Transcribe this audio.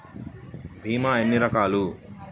భీమ ఎన్ని రకాలు?